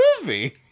movie